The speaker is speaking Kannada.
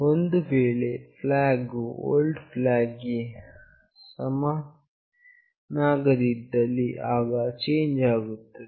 ಒಂದು ವೇಳೆ flag ವು old flag ಗೆ ಸಮನಾಗದಿದ್ದಲ್ಲಿ ಆಗ ಚೇಂಜ್ ಆಗುತ್ತದೆ